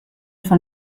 von